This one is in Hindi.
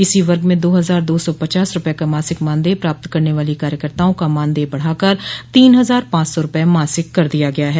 इसी वर्ग में दो हजार दो सौ पचास रुपए का मासिक मानदय प्राप्त करने वाली कार्यकर्ताओं का मानदेय बढ़ाकर तीन हजार पांच सौ रुपए मासिक कर दिया गया है